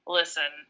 listen